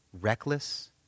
reckless